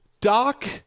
Doc